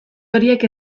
horiek